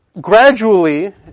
gradually